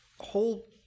whole